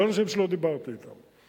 זה לא אנשים שלא דיברתי אתם.